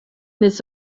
this